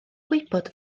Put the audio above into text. gwybod